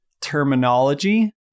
terminology